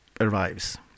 arrives